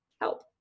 help